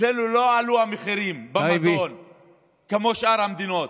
לא עלו המחירים כמו בשאר המדינות.